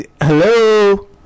Hello